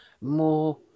more